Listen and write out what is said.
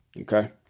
okay